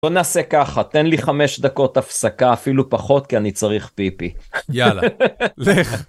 בוא נעשה ככה, תן לי חמש דקות הפסקה, אפילו פחות, כי אני צריך פיפי. יאללה, לך.